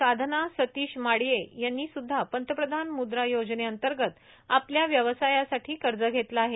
साधना सतीश माडये यांनी सुद्धा पंतप्रधान मुद्रा योजने अंतर्गत आपल्या व्यवसायासाठी कर्ज घेतलं आहे